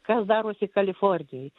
kas darosi kalifornijoj